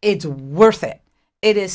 it's worth it it is